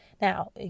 Now